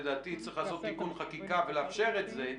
לדעתי צריך לעשות תיקון חקיקה ולאפשר את זה,